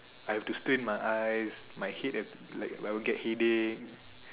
I have to strain my eyes my head and like I will like get headache